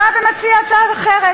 באה ומציעה הצעה אחרת,